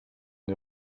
der